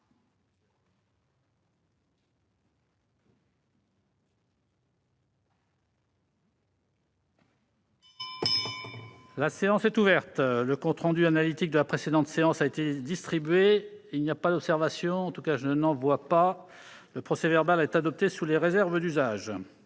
La séance est ouverte. Le compte rendu analytique de la précédente séance a été distribué. Il n'y a pas d'observation ?... Le procès-verbal est adopté sous les réserves d'usage.